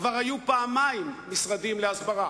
כבר היו פעמיים משרדים להסברה.